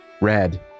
red